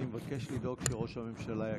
אני מבקש לדאוג שראש הממשלה יגיע.